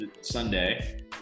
Sunday